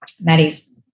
Maddie's